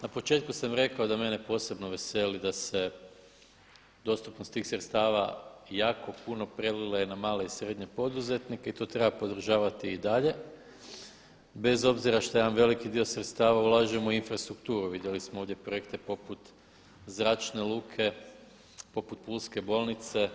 Na početku sam rekao da mene posebno veseli da se dostupnost tih sredstava jako puno prelile na male i srednje poduzetnike i to treba podržavati i dalje bez obzira što jedan veliki dio sredstava ulažemo u infrastrukturu, vidjeli smo ovdje projekte poput zračne luke, poput Pulske bolnice.